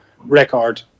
record